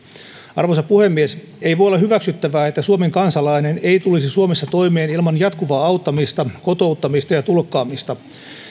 arvoisa puhemies ei voi olla hyväksyttävää että suomen kansalainen ei tulisi suomessa toimeen ilman jatkuvaa auttamista kotouttamista ja tulkkaamista